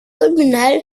communal